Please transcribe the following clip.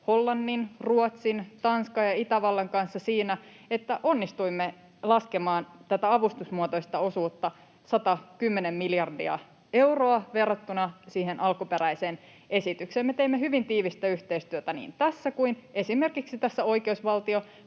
Hollannin, Ruotsin, Tanskan ja Itävallan kanssa siinä, että onnistuimme laskemaan tätä avustusmuotoista osuutta 110 miljardia euroa verrattuna siihen alkuperäiseen esitykseen. Me teimme hyvin tiivistä yhteistyötä niin tässä kuin esimerkiksi oikeusvaltioperiaatteessa,